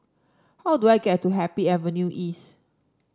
how do I get to Happy Avenue East